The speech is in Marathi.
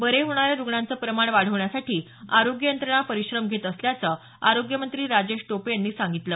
बरे होणाऱ्या रुग्णांचे प्रमाण वाढवण्यासाठी आरोग्य यंत्रणा परिश्रम घेत असल्याचं आरोग्यमंत्री राजेश टोपे यांनी सांगितलं